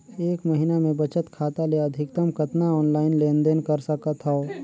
एक महीना मे बचत खाता ले अधिकतम कतना ऑनलाइन लेन देन कर सकत हव?